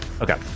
okay